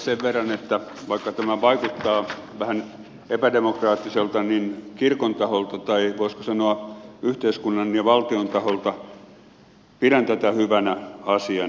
sen verran että vaikka tämä vaikuttaa vähän epädemokraattiselta kirkon taholta tai voisiko sanoa yhteiskunnan ja valtion taholta pidän tätä hyvänä asiana